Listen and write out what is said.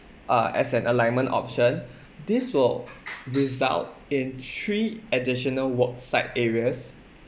uh as an alignment option this will result in three additional work site areas